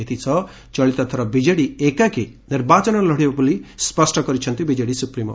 ଏଥିସହ ଚଳିତଥର ବିଜେଡ଼ି ଏକାକୀ ନିର୍ବାଚନ ଲଡ଼ିବ ବୋଲି ସ୍ୱଷ କରିଛନ୍ତି ବିଜେଡ଼ି ସ୍ପ୍ରିମୋ